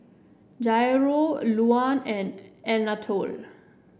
Jairo Luann and Anatole